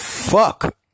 fuck